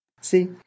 See